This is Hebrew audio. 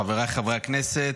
חבריי חברי הכנסת,